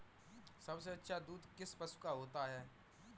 सबसे अच्छा दूध किस पशु का होता है?